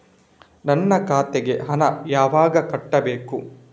ನನ್ನ ಖಾತೆಗೆ ಹಣ ಯಾವಾಗ ಕಟ್ಟಬೇಕು?